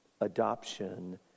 adoption